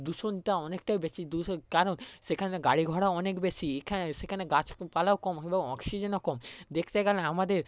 দূষণটা অনেকটাই বেশি দূষণ কারণ সেখানে গাড়ি ঘোড়া অনেক বেশি এখানে সেখানে গাছপালাও কম এবং অক্সিজেনও কম দেখতে গেলে আমাদের